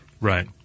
Right